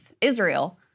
Israel